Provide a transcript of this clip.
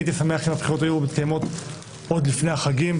ואני הייתי שמח אם הבחירות היו מתקיימות לפני החגים,